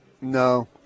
No